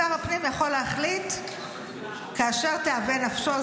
שר הפנים יכול להחליט כאשר תאווה נפשו,